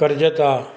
कर्जत आहे